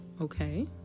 Okay